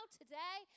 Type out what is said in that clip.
today